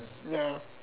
ya